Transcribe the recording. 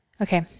Okay